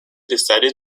decided